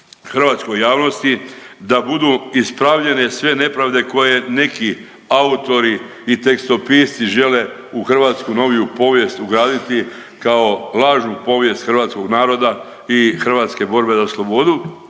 hrvatskoj javnosti, da budu ispravljene sve nepravde koje neki autori i tekstopisci žele u hrvatsku noviju povijest ugraditi kao lažnu povijest hrvatskog naroda i hrvatske borbe za slobodu.